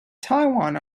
taiwan